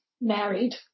married